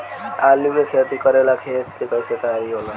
आलू के खेती करेला खेत के कैसे तैयारी होला?